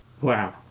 Wow